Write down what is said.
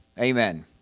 Amen